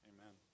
Amen